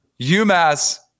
UMass